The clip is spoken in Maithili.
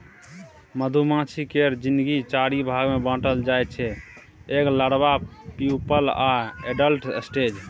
मधुमाछी केर जिनगी चारि भाग मे बाँटल जाइ छै एग, लारबा, प्युपल आ एडल्ट स्टेज